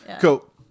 Cool